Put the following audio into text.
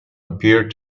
appeared